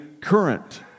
current